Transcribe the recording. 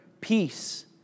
peace